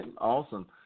Awesome